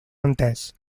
entès